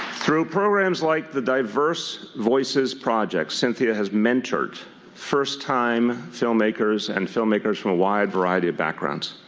through programs like the diverse voices project, cynthia has mentored first-time filmmakers and filmmakers from a wide variety of backgrounds.